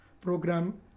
program